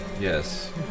Yes